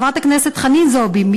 חברת הכנסת חנין זועבי,